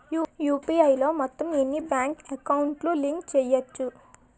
UPI లో మొత్తం ఎన్ని బ్యాంక్ అకౌంట్ లు లింక్ చేయచ్చు?